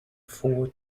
four